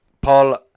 Paul